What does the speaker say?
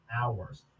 hours